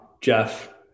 Jeff